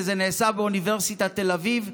וזה נעשה באוניברסיטת תל אביב.